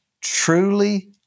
truly